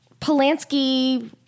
Polanski